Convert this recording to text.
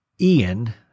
Ian